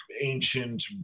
ancient